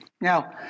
Now